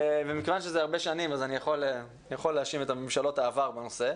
ומכיוון שזה הרבה שנים אז אני יכול להאשים את ממשלות העבר בנושא.